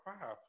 five